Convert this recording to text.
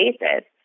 basis